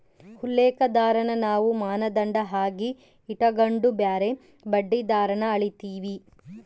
ಉಲ್ಲೇಖ ದರಾನ ನಾವು ಮಾನದಂಡ ಆಗಿ ಇಟಗಂಡು ಬ್ಯಾರೆ ಬಡ್ಡಿ ದರಾನ ಅಳೀತೀವಿ